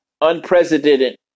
unprecedented